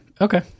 Okay